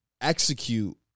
execute